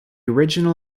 original